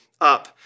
up